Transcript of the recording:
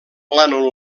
plànol